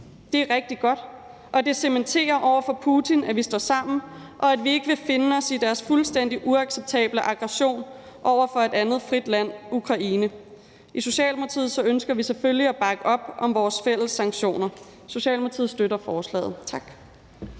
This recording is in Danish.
Det er rigtig godt, og det cementerer over for Putin, at vi står sammen, og at vi ikke vil finde os i deres fuldstændig uacceptable aggression over for et andet frit land, nemlig Ukraine. I Socialdemokratiet ønsker vi selvfølgelig at bakke op om vores fælles sanktioner. Socialdemokratiet støtter forslaget. Tak.